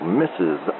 misses